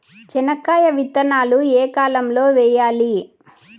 చెనక్కాయ విత్తనాలు ఏ కాలం లో వేయాలి?